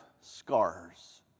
scars